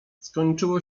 skończyło